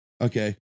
Okay